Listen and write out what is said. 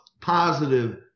positive